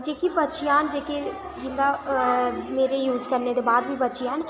जेह्की बची जान जेह्के जियां मेरे यूज करने दे बाद बी बची जान